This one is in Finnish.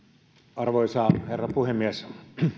arvoisa herra puhemies